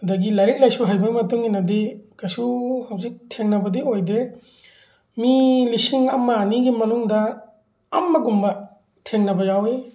ꯑꯗꯒꯤ ꯂꯥꯏꯔꯤꯛ ꯂꯥꯏꯁꯨ ꯍꯩꯕꯒꯤ ꯃꯇꯨꯡꯏꯟꯅꯗꯤ ꯀꯩꯁꯨ ꯍꯧꯖꯤꯛ ꯊꯦꯡꯅꯕꯗꯤ ꯑꯣꯏꯗꯦ ꯃꯤ ꯂꯤꯁꯤꯡ ꯑꯃ ꯑꯅꯤꯒꯤ ꯃꯅꯨꯡꯗ ꯑꯃꯒꯨꯝꯕ ꯊꯦꯡꯅꯕ ꯌꯥꯎꯋꯤ